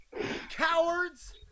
Cowards